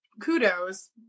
kudos